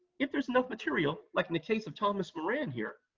if there's enough material, like in the case of thomas moran, here,